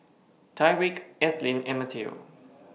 Tyrik Ethelyn and Mateo